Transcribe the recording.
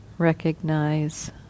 Recognize